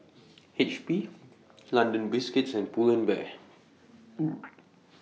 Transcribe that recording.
H P London Biscuits and Pull and Bear